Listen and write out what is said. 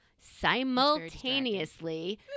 simultaneously –